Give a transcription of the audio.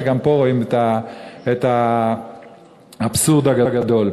שגם בו רואים את האבסורד הגדול.